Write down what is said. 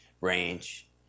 range